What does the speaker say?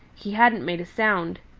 he hadn't made a sound.